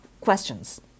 questions